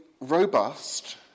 robust